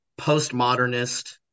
postmodernist